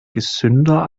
gesünder